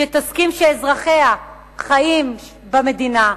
שתסכים שאזרחיה חיים במדינה,